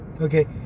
okay